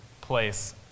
place